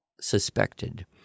suspected